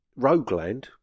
Rogueland